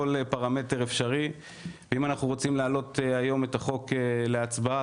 כל פרמטר אפשרי ואם אנחנו רוצים להעלות היום את החוק להצבעה,